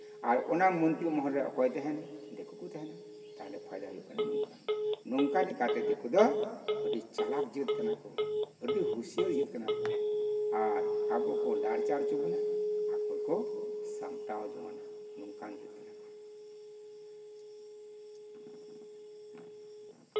ᱟᱨ ᱚᱱᱟ ᱢᱚᱱᱛᱨᱤ ᱢᱚᱦᱚᱞ ᱨᱮ ᱚᱠᱚᱭ ᱠᱚ ᱛᱟᱦᱮᱱᱟ ᱫᱤᱠᱩ ᱠᱚ ᱛᱟᱦᱮᱱᱟ ᱛᱟᱦᱚᱞᱮ ᱯᱷᱟᱭᱫᱟ ᱦᱩᱭᱩᱜ ᱠᱟᱱᱟ ᱱᱚᱝᱠᱟ ᱱᱚᱝᱠᱟ ᱠᱟᱛᱮ ᱫᱤᱠᱩ ᱫᱚ ᱟᱹᱰᱤ ᱪᱟᱞᱟᱠ ᱡᱟᱹᱛ ᱠᱟᱱᱟ ᱠᱚ ᱟᱹᱰᱤ ᱦᱩᱥᱭᱟᱹᱨ ᱡᱟᱹᱛ ᱠᱟᱱᱟ ᱠᱚ ᱟᱨ ᱟᱵᱚ ᱠᱚ ᱞᱟᱲᱪᱟᱲ ᱦᱚᱪᱚ ᱵᱚᱱᱟ ᱟᱠᱚ ᱠᱚ ᱥᱟᱢᱴᱟᱣ ᱡᱚᱝᱟᱱᱟ ᱱᱚᱝᱠᱟᱱ ᱡᱟᱹᱛ ᱠᱟᱱᱟ ᱠᱚ